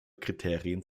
kriterien